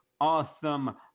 awesome